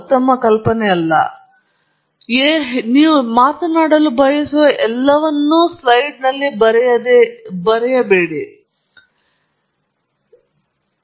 ಮತ್ತೊಮ್ಮೆ ಮೊದಲ ಬಾರಿ ನಿರೂಪಕರು ಅವರು ಬಿಂದುವಿನಲ್ಲಿ ಕಾಣೆಯಾಗಿಲ್ಲವೆಂದು ಖಚಿತಪಡಿಸಿಕೊಳ್ಳಿ ಅವರು ಸ್ಲೈಡ್ನಲ್ಲಿ ಹೇಳಲು ಬಯಸುವ ಎಲ್ಲವನ್ನೂ ಬರೆಯಲು ಈ ಪ್ರವೃತ್ತಿಯನ್ನು ಹೊಂದಿದ್ದಾರೆ ಮತ್ತು ನಂತರ ಸ್ಲೈಡ್ ಅನ್ನು ಓದಿ ಮತ್ತು ಇದು ಒಂದು ಉತ್ತಮ ಕಲ್ಪನೆ ಅಲ್ಲ